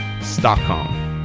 Stockholm